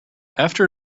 after